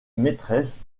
maîtresse